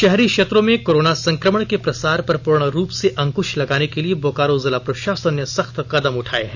शहरी क्षेत्रों में कोरोना संक्रमण के प्रसार पर पूर्ण रूप से अंकृश लगाने के लिए बोकारो जिला प्रशासन ने सख्त कदम उठाए हैं